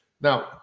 now